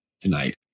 tonight